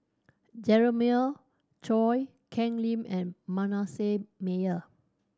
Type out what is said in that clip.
Jeremiah Choy Ken Lim and Manasseh Meyer